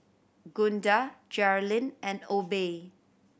Gunda Jerilynn and Obe